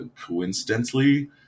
Coincidentally